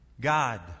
God